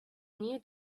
new